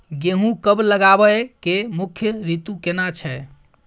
गेहूं कब लगाबै के मुख्य रीतु केना छै?